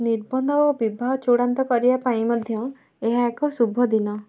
ନିର୍ବନ୍ଧ ଓ ବିବାହ ଚୂଡ଼ାନ୍ତ କରିବା ପାଇଁ ମଧ୍ୟ ଏହା ଏକ ଶୁଭଦିନ